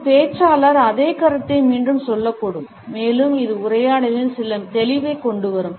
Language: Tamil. இது பேச்சாளர் அதே கருத்தை மீண்டும் சொல்லக்கூடும் மேலும் இது உரையாடலில் சில தெளிவைக் கொண்டுவரும்